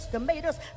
Tomatoes